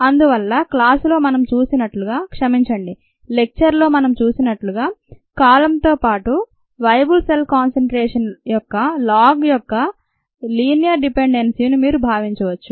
అందువల్ల క్లాసులో మనం చూసినట్లుగా క్షమించండి లెక్చర్ లో మనం చూసినట్లుగా కాలంతో పాటు "వేయబుల్ సెల్ కాన్సెన్ట్రేషన్" యొక్క లాగ్ యొక్క "లినియర్ డిపెన్డెన్సి" ను మీరు భావించవచ్చు